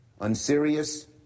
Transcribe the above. Unserious